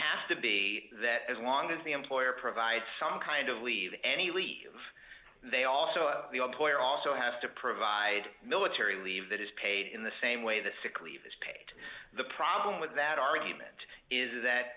have to be that as long as the employer provides some kind of leave any leave they also the old boy also have to provide military leave that is paid in the same way the sick leave is paid the problem with that argument is that